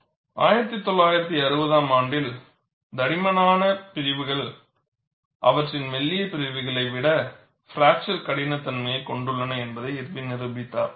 1960 ஆம் ஆண்டில் தடிமனான பிரிவுகள் அவற்றின் மெல்லிய பிரிவுகளை விட பிராக்சர் கடினத்தன்மையைக் கொண்டுள்ளன என்பதை இர்வின் நிரூபித்தார்